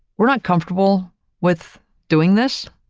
we're not comfortable with doing this,